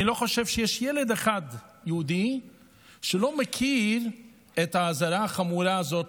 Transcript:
אני לא חושב שיש ילד אחד יהודי שלא מכיר את האזהרה החמורה הזאת,